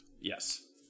yes